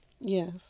Yes